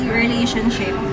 relationship